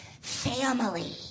family